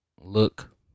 Look